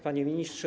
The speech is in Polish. Panie Ministrze!